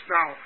Now